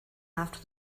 after